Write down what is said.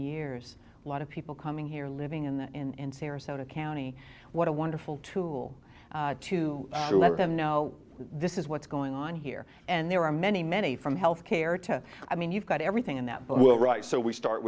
years a lot of people coming here living in sarasota county what a wonderful tool to let them know this is what's going on here and there are many many from health care to i mean you've got everything in that but we're right so we start